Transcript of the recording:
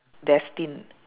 destined